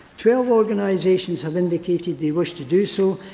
twelve organisations have indicated they wish to do so.